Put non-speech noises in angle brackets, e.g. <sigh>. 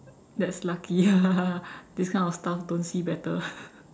that's lucky ya <laughs> this kind of stuff don't see better <laughs>